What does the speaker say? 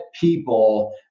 people